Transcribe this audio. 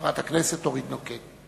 חברת הכנסת אורית נוקד.